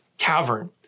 cavern